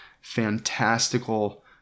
fantastical